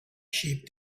sheep